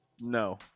no